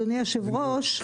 אדוני יושב הראש,